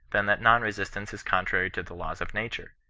than that non-resistance is contrary to the laws of nature.